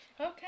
Okay